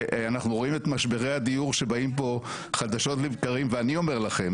אנחנו רואים את משברי הדיור שבאים פה חדשות לבקרים ואני אומר לכם